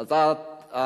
אכן,